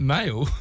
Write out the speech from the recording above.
Male